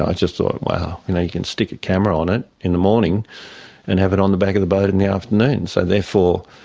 ah just thought, wow, you know you can stick a camera on it in the morning and have it on the back of the boat in the afternoon. so therefore,